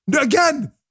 Again